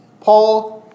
Paul